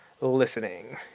listening